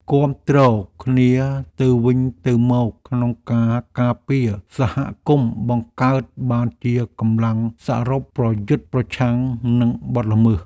គាំទ្រគ្នាទៅវិញទៅមកក្នុងការការពារសហគមន៍បង្កើតបានជាកម្លាំងសរុបប្រយុទ្ធប្រឆាំងនឹងបទល្មើស។